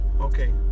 okay